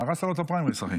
הרסת לו את הפריימריז.